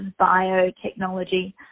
biotechnology